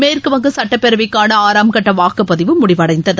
மேற்குவங்க சட்டப்பேரவைக்கானஆறாம் கட்டவாக்குப்பதிவு முடிவடைந்தது